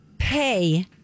pay